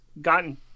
gotten